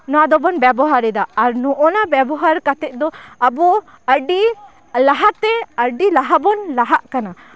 ᱱᱚᱣᱟ ᱫᱚᱵᱚᱱ ᱵᱮᱵᱚᱦᱟᱨᱫᱟ ᱟᱨ ᱱᱚᱜ ᱱᱟ ᱵᱮᱵᱚᱦᱟᱨ ᱠᱟᱛᱮᱜ ᱫᱚ ᱟᱵᱚ ᱟᱹᱰᱤ ᱞᱟᱦᱟᱛᱮ ᱟᱹᱰᱤ ᱞᱟᱦᱟᱵᱚᱱ ᱞᱟᱦᱟᱜ ᱠᱟᱱᱟ